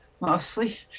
mostly